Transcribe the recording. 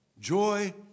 Joy